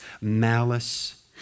malice